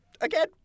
Again